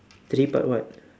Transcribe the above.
three part what